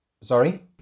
Sorry